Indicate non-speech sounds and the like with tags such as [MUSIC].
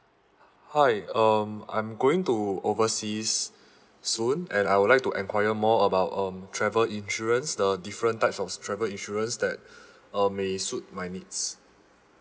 hi um I'm going to overseas soon and I would like to enquire more about um travel insurance the different types of travel insurance that [BREATH] uh may suit my needs